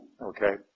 Okay